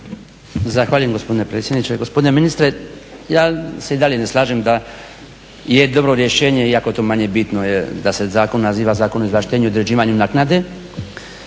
Zahvaljujem gospodine predsjedniče. Gospodine ministre ja se i dalje ne slažem da je dobro rješenje, iako je to manje bitno, da se Zakon naziva zakon o ovlaštenju i određivanju naknade,